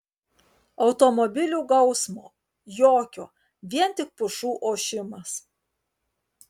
automobilių gausmo jokio vien tik pušų ošimas